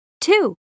Two